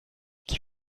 qui